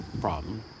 problem